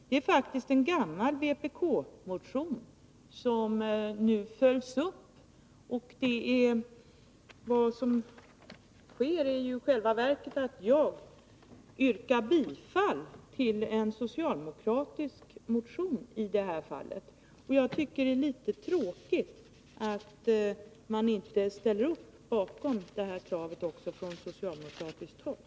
Det är faktiskt en gammal vpk-motion som nu följs upp genom att jag i det här fallet yrkar bifall till en socialdemokratisk motion. Jag tycker att det är litet tråkigt att man inte ställer upp bakom detta krav också från socialdemokratiskt håll.